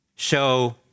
show